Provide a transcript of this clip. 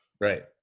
Right